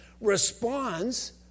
responds